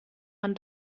man